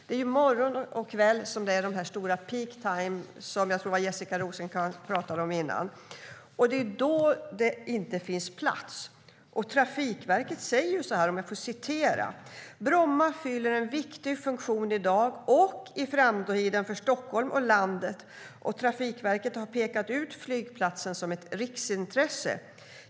Det är ju morgon och kväll som är de stora peak times, som jag tror att det var Jessica Rosencrantz som pratade om tidigare, och det är då som det inte finns plats. Trafikverket säger: Bromma fyller en viktig funktion i dag och i framtiden för Stockholm och landet. Trafikverket har pekat ut flygplatsen som ett riksintresse.